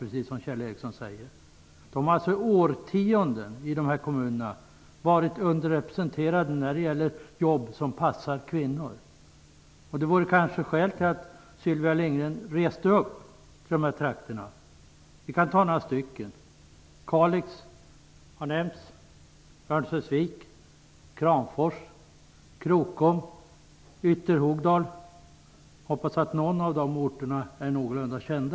Precis som Kjell Ericsson säger har jobb som passar kvinnor under årtionden varit underrepresenterade i dessa kommuner. Det finns kanske skäl för Sylvia Lindgren att resa till dessa trakter. Jag kan nämna några exempel: Kalix, Ytterhogdal. Jag hoppas att någon av dessa orter är någorlunda känd.